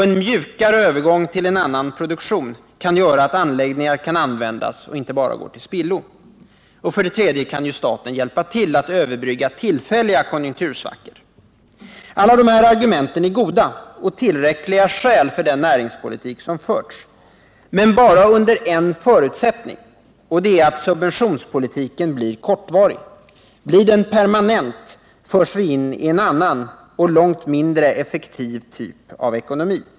En mjukare övergång till annan produktion kan göra att anläggningar kan användas och inte bara gå till spillo. Det tredje skälet är att staten kan hjälpa till att överbrygga tillfälliga konjunktursvackor. Alla dessa argument är goda — och tillräckliga skäl för den näringspolitik som förts. Men bara under en förutsättning: att subventionspolitiken blir kortvarig. Blir den permanent, förs vi in i en annan, och långt mindre effektiv, typ av ekonomi.